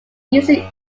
uses